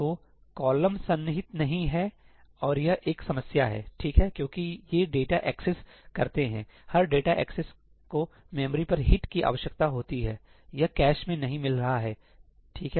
तो कॉलम सन्निहित नहीं है और यह एक समस्या है ठीक है क्योंकि ये डेटा एक्सेस करते हैं हर डेटा एक्सेस को मेमोरी पर हिट की आवश्यकता होती हैयह कैश में नहीं मिल रहा है ठीक है